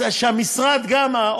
אז שהמשרד גם,